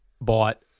bought